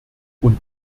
und